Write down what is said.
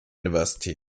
university